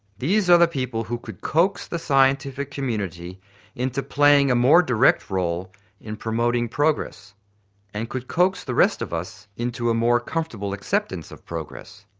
these are the people who could coax the scientific community into playing a more direct role in promoting progress and could coax the rest of us into a more comfortable acceptance of progress.